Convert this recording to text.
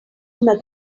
una